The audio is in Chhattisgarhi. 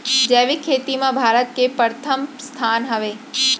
जैविक खेती मा भारत के परथम स्थान हवे